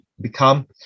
become